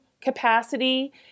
capacity